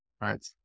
right